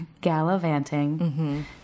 Gallivanting